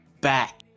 back